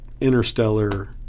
Interstellar